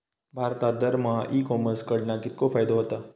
भारतात दरमहा e commerce कडणा कितको फायदो होता?